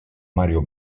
mario